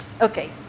Okay